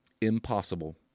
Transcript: Impossible